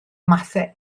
mathau